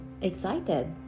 excited